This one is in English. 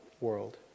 world